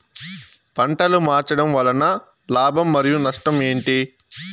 పంటలు మార్చడం వలన లాభం మరియు నష్టం ఏంటి